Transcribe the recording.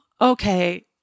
okay